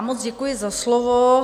Moc děkuji za slovo.